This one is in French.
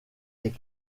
est